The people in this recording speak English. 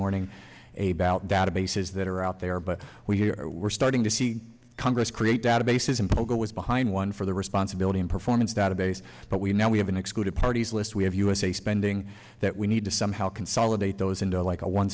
bout databases that are out there but we hear we're starting to see congress create databases in program was behind one for the responsibility and performance database but we now we have an exclusive parties list we have usa spending that we need to somehow consolidate those into like a one